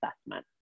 assessment